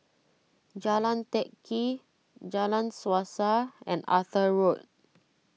Jalan Teck Kee Jalan Suasa and Arthur Road